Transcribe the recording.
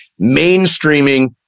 mainstreaming